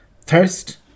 thirst